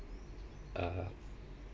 uh